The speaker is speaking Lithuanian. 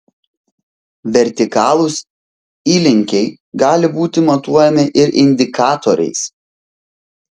vertikalūs įlinkiai gali būti matuojami ir indikatoriais